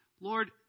Lord